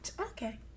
okay